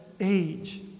age